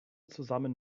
zusammen